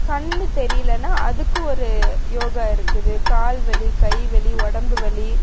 கண்ணு தெரியலனா அதுக்கு ஒரு யோகா இருக்குது கால் வலி கை வலி உடம்பு வலி